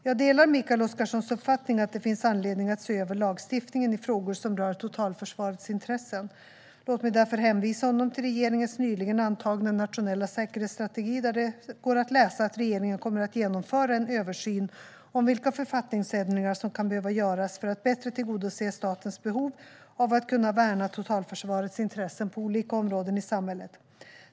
Jag delar Mikael Oscarssons uppfattning att det finns anledning att se över lagstiftningen i frågor som rör totalförsvarets intressen. Låt mig därför hänvisa honom till regeringens nyligen antagna nationella säkerhetsstrategi, där det går att läsa att regeringen kommer att genomföra en översyn av vilka författningsändringar som kan behöva göras för att bättre tillgodose statens behov av att kunna värna totalförsvarets intressen på olika områden i samhället.